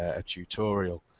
a tutorial.